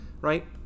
right